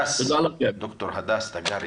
ד"ר הדס תגרי